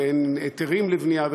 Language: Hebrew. ואין היתרים לבנייה,